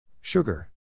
Sugar